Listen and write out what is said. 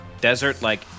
desert-like